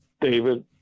david